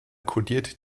kodiert